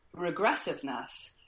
regressiveness